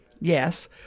Yes